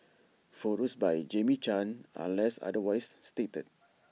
photos by Jamie chan unless otherwise stated